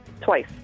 Twice